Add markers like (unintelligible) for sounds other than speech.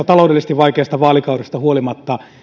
(unintelligible) taloudellisesti vaikeasta vaalikaudesta huolimatta